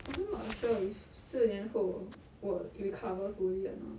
also not sure if 四年后 will recover fully or not